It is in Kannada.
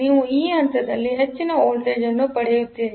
ನೀವು ಈ ಹಂತದಲ್ಲಿ ಹೆಚ್ಚಿನ ವೋಲ್ಟೇಜ್ ಅನ್ನು ಪಡೆಯುತ್ತೀರಿ